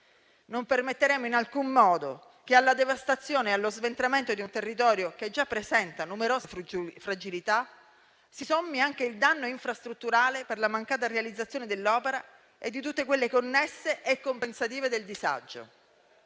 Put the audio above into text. Non permetteremo in alcun modo che alla devastazione e allo sventramento di un territorio che già presenta numerose fragilità si sommi anche il danno infrastrutturale per la mancata realizzazione dell'opera e di tutte quelle connesse e compensative del disagio.